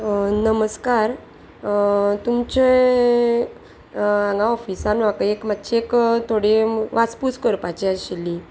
नमस्कार तुमचे हांगा ऑफिसान म्हाका एक मातशें एक थोडे वासपूस करपाची आशिल्ली